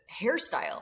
hairstyle